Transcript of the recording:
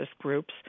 groups